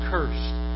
Cursed